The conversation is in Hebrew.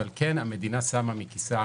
אבל המדינה שמה מכיסה